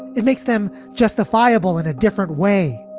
it makes them justifiable in a different way,